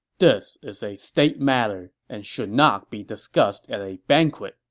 this is a state matter and should not be discussed at a banquet,